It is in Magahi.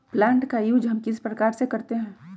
प्लांट का यूज हम किस प्रकार से करते हैं?